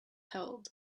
held